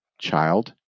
child